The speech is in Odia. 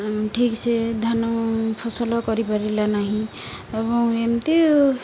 ଠିକ୍ ସେ ଧାନ ଫସଲ କରିପାରିଲା ନାହିଁ ଏବଂ ଏମିତି